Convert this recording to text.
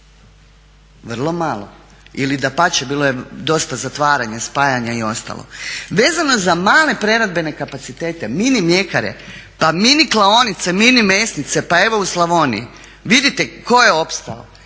vrlo malo ili dapače bilo je dosta zatvaranja, spajanja i ostalo. Vezano za male preradbene kapacitete, mini mljekare, pa mini klaonice, mini mesnice. Pa evo u Slavoniji vidite tko je opstao?